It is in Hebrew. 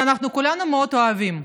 שכולנו מאוד אוהבים,